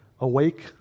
awake